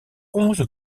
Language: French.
onze